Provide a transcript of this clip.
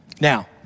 Now